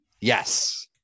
Yes